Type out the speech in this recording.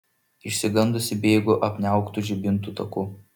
išsigandusi bėgu apniauktu žibintų taku